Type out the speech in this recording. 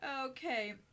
Okay